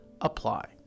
apply